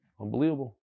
Unbelievable